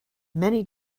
many